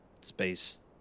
space